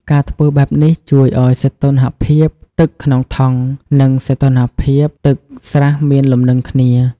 ការធ្វើបែបនេះជួយឲ្យសីតុណ្ហភាពទឹកក្នុងថង់ និងសីតុណ្ហភាពទឹកស្រះមានលំនឹងគ្នា។